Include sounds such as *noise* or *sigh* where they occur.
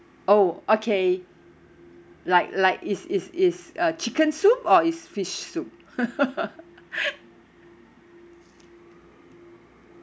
oh okay like like is is is a chicken soup or is fish soup *laughs*